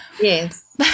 Yes